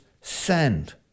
sand